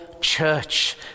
church